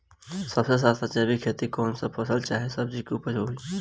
सबसे सस्ता जैविक खेती कौन सा फसल चाहे सब्जी के उपज मे होई?